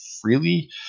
freely